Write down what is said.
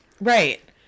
Right